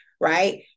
right